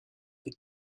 des